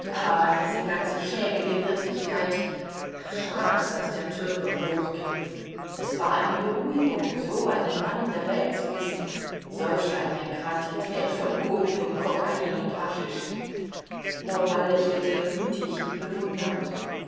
diese ganze schäbige wirklichkeit schad daß der türke hoch ging es war eine beruhigung so einen mann in der welt zu wissen solch eine quantität von opium kokain und haschich laura lächelte gütig bewundernd